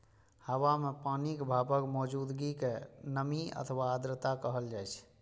हवा मे पानिक भापक मौजूदगी कें नमी अथवा आर्द्रता कहल जाइ छै